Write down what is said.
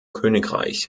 königreich